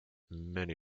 many